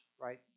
right